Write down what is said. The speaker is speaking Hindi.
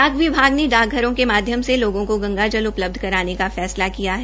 डाक विभाग ने डाक घरों के माध्यम से लोगों को गंगाजल उपलब्ध कराने का फैसला किया है